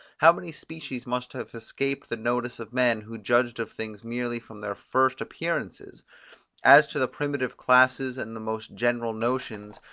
how many species must have escaped the notice of men, who judged of things merely from their first appearances as to the primitive classes and the most general notions,